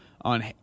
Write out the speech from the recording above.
on